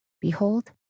behold